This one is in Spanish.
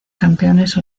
campeones